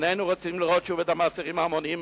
איננו רוצים לראות שוב את המעצרים ההמוניים,